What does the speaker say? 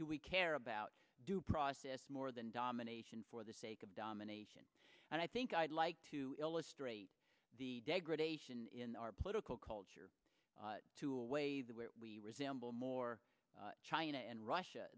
do we care about due process more than domination for the sake of domination and i think i'd like to illustrate the degradation in our political culture to a way the way we resemble more china and russia